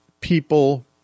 people